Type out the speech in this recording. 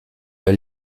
leur